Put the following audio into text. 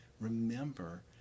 remember